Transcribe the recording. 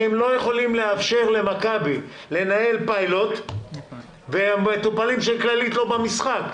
כי הם לא יכולים לאפשר למכבי לנהל פיילוט כשהמטופלים של כללית לא במשחק.